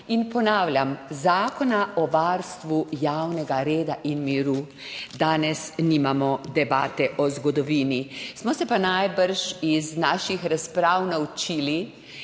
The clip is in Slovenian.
in ponavljam, Zakona o varstvu javnega reda in miru, danes nimamo debate o zgodovini. Smo se pa najbrž iz naših razprav naučili,